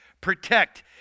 protect